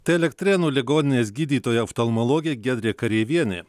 tai elektrėnų ligoninės gydytoja oftalmologė giedrė kareivienė